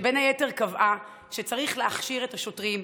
ובין היתר קבעה שצריך להכשיר את השוטרים,